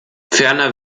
ferner